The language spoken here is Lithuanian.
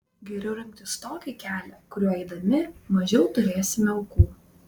geriau rinktis tokį kelią kuriuo eidami mažiau turėsime aukų